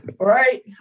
Right